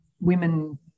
women